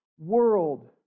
world